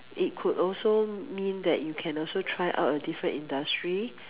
it could also mean that you can also try out a different industry